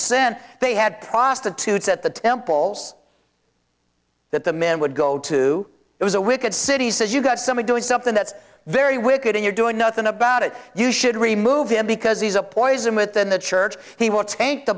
sin they had prostitutes at the temples that the men would go to it was a wicked city says you got some doing something that's very wicked and you're doing nothing about it you should remove him because he's a poison within the church he will take the